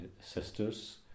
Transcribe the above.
sisters